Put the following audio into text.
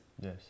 Yes